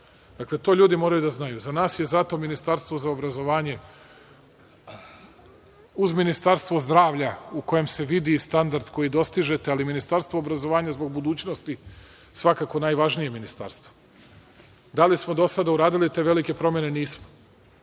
nemamo. To ljudi moraju da znaju. Za nas je zato Ministarstvo za obrazovanje uz Ministarstvo zdravlja u kojem se vidi standard koji dostižete, ali Ministarstvo obrazovanja zbog budućnosti svakako je najvažnije ministarstvo. Da li smo do sada uradili te velike promene? Nismo.